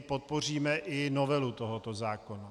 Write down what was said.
Podpoříme i novelu tohoto zákona.